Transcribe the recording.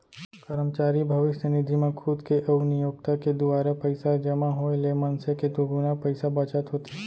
करमचारी भविस्य निधि म खुद के अउ नियोक्ता के दुवारा पइसा जमा होए ले मनसे के दुगुना पइसा बचत होथे